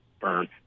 burn